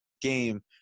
game